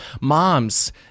moms